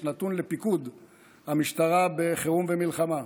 שנתון לפיקוד המשטרה בחירום ומלחמה.